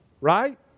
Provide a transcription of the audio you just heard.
right